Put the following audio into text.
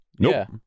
Nope